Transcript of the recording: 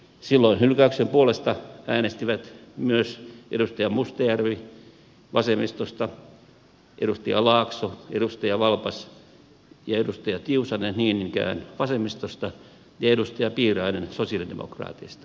silloin hylkäyksen puolesta äänestivät myös edustaja mustajärvi vasemmistosta edustaja laakso edustaja valpas ja edustaja tiusanen niin ikään vasemmistosta ja edustaja piirainen sosialidemokraateista